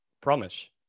promise